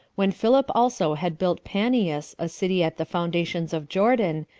when philip also had built paneas, a city at the fountains of jordan,